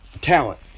talent